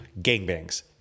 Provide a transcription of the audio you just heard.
gangbangs